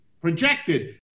projected